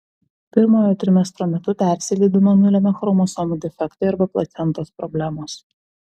pirmojo trimestro metu persileidimą nulemia chromosomų defektai arba placentos problemos